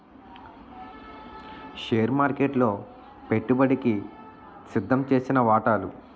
share మార్కెట్లలో పెట్టుబడికి సిద్దంచేసిన వాటాలు